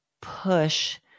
push